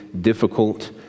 difficult